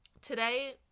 Today